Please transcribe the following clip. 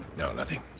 no, nothing.